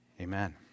Amen